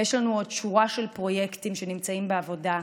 ויש לנו עוד שורה של פרויקטים הנמצאים בעבודה,